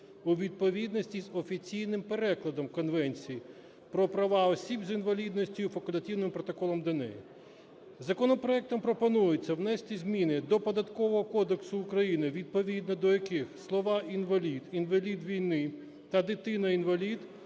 у відповідність з офіційним перекладом Конвенції про права осіб з інвалідністю і Факультативного протоколу до неї. Законопроектом пропонується внести зміни до Податкового кодексу України, відповідно до яких слова "інвалід", "інвалід війни" та "дитина- інвалід"